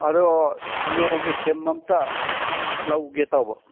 ꯑꯗꯨ ꯖꯤꯑꯣꯒꯤ ꯁꯤꯝ ꯑꯝꯇ ꯂꯧꯒꯦ ꯇꯧꯕ